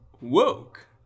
woke